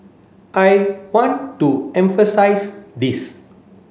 I want to emphasise this